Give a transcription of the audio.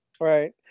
right